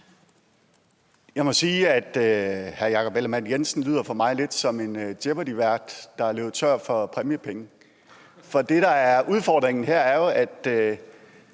Jeg må sige, at hr. Jakob Ellemann-Jensen for mig lyder lidt som en jeopardyvært, der er løbet tør for præmiepenge, for det, der er udfordringen her, er jo, at